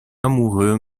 amoureux